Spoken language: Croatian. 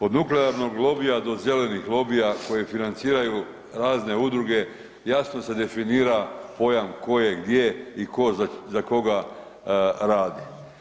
Od nuklearnog lobija do zelenih lobija koje financiraju razne udruge jasno se definira pojam tko je gdje i tko za koga radi.